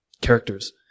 characters